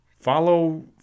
follow